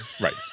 Right